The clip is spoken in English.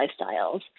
lifestyles